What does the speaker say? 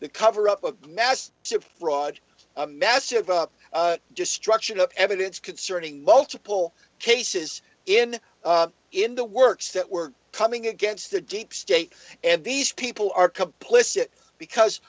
the cover up of mass to fraud a massive up destruction of evidence concerning multiple cases in in the works that were coming against the deep state and these people are complicit because